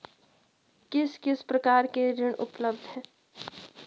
किस किस प्रकार के ऋण उपलब्ध हैं?